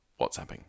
WhatsApping